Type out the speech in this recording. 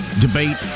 Debate